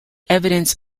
evidence